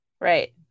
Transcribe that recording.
Right